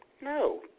No